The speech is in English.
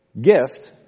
Gift